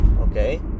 okay